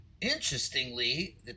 interestingly